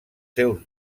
seus